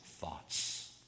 thoughts